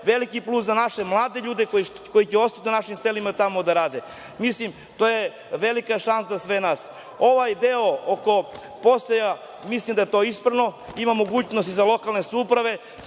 veliki put za naše mlade ljude koji će ostati u našim selima, tamo da rade. Mislim, to je velika šansa za sve nas. Ovaj deo oko postaja, mislim da je to ispravno, ima mogućnost i za lokalne samouprave,